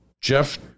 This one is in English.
Jeff